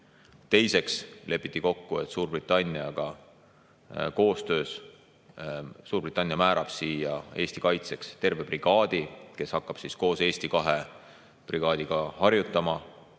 Teiseks lepiti Suurbritanniaga koostöös kokku, et Suurbritannia määrab siia Eesti kaitseks terve brigaadi, kes hakkab koos Eesti kahe brigaadiga harjutama